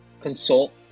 consult